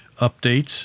updates